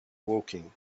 woking